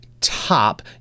top